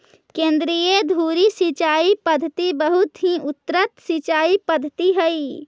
केन्द्रीय धुरी सिंचाई पद्धति बहुत ही उन्नत सिंचाई पद्धति हइ